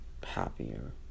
Happier